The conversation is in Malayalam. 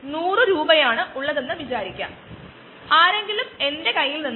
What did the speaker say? ഉദാഹരണത്തിന് നമ്മൾ പകർച്ചവ്യാധി വരുത്തുന്ന ഓർഗാനിസം നമ്മുടെ ശരീരത്തിൽ കയറണമെന്നു ആഗ്രഹിക്കുന്നില്ല